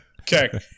Okay